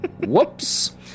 Whoops